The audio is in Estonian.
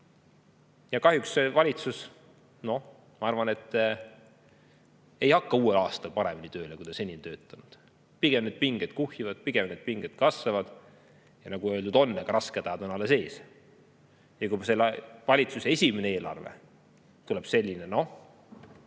Kahjuks valitsus, ma arvan, ei hakka uuel aastal paremini tööle, kui ta seni on töötanud. Pigem need pinged kuhjuvad, pigem need pinged kasvavad. Ja nagu öeldud on, rasked ajad on alles ees. Kui selle valitsuse esimene eelarve tuleb selline, noh,